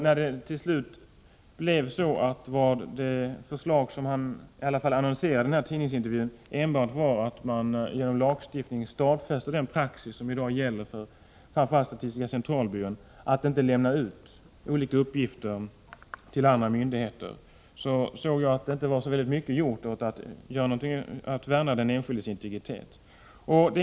När det sedan visade sig att det förslag som civilministern i alla fall annonserade i tidningsintervjun enbart gick ut på att genom lagstiftning stadfästa den praxis som i dag gäller för framför allt statistiska centralbyrån, nämligen att inte lämna ut olika uppgifter till andra myndigheter, tyckte jag att det inte var så väldigt mycket gjort för att värna den enskildes integritet.